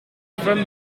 femme